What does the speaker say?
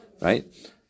Right